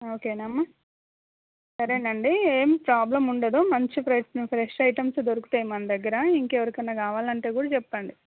okay అమ్మా సరే అండి ఏం ప్రాబ్లం ఉండదు మంచి ఫ్రె ఫ్రెష్ ఐటమ్స్ దొరుకుతాయి మన దగ్గర ఇంకా ఎవరికైనా కావాలి అంటే కూడా చెప్పండి